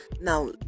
Now